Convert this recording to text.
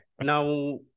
now